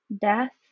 death